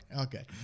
okay